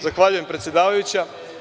Zahvaljujem, predsedavajuća.